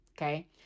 Okay